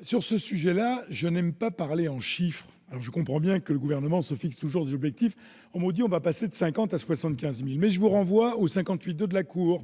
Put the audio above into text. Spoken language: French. Sur ce sujet, je n'aime pas parler en chiffres. Je comprends bien que le Gouvernement se fixe toujours des objectifs. Vous nous dites : on va passer de 50 000 à 75 000, mais je vous renvoie aux conclusions